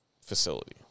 facility